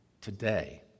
today